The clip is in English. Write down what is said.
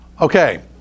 okay